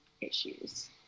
Issues